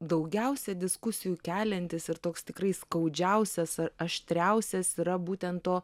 daugiausiai diskusijų keliantis ir toks tikrai skaudžiausias a aštriausias yra būtent to